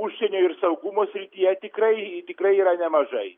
užsienio ir saugumo srityje tikrai tikrai yra nemažai